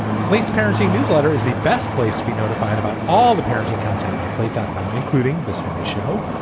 slate's parenting newsletter is the best place to be notified about all the parenting content on slate dot com, including this very show.